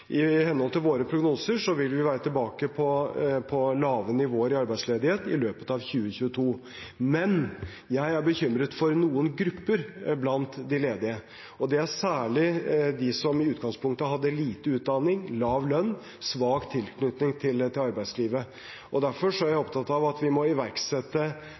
i løpet av høsten. I henhold til våre prognoser vil vi være tilbake på lave nivåer i arbeidsledighet i løpet av 2022. Men jeg er bekymret for noen grupper blant de ledige. Det er særlig de som i utgangspunktet hadde lite utdanning, lav lønn, svak tilknytning til arbeidslivet. Derfor er jeg opptatt av at vi må iverksette